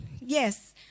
yes